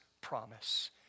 promise